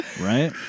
Right